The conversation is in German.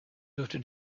dürfte